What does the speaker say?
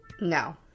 No